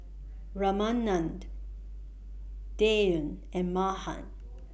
Ramanand Dhyan and Mahan